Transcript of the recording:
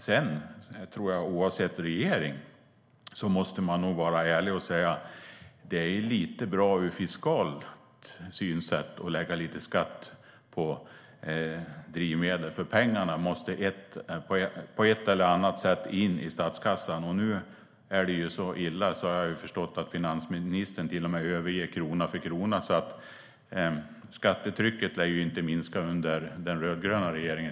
Sedan tror jag att man måste vara ärlig och säga att oavsett regering är det bra ur fiskal synvinkel att lägga lite skatt på drivmedel, för pengarna måste på ett eller annat sätt in i statskassan. Nu är det så illa, har jag förstått, att finansministern till och med överger krona för krona. Skattetrycket lär inte minska, i vart fall inte under den rödgröna regeringen.